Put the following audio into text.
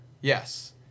Yes